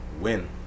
win